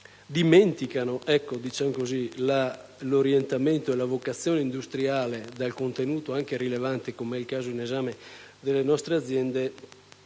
dimenticando l'orientamento e la vocazione industriale, dal contenuto anche rilevante (com'è il caso in esame) delle nostre aziende,